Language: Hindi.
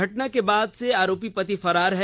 घटना के बाद से आरोपी पति फरार है